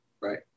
right